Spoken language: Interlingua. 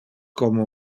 como